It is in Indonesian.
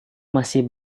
masih